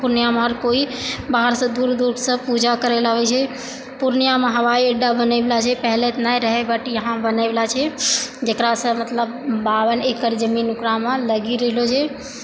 पूर्णियामे हर कोइ बाहरसँ दूर दूरसँ पूजा करैलए आबै छै पूर्णियामे हवाइअड्डा बनैवला छै पहिले तऽ नहि रहै बट यहाँ बनैवला छै जकरासँ मतलब बावन एकड़ जमीन ओकरामे लगी रहलऽ छै